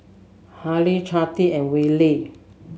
Hailee Cathi and Willy